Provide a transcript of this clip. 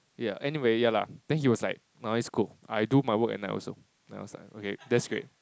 yeah anyway ya lah then he was like no it's cool I do my work at night also then I was like okay that's great